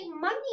money